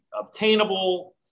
obtainable